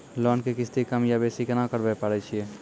Loan के किस्ती कम या बेसी केना करबै पारे छियै?